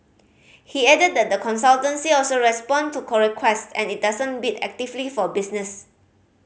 he added that the consultancy also respond to request and it doesn't bid actively for business